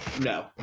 No